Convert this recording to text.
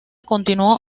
continuó